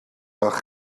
bach